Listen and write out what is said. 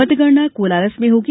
मतगणना कोलारस में होगी